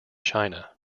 china